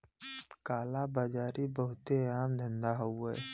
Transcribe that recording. काला बाजारी बहुते आम धंधा हउवे